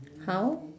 how